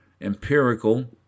Empirical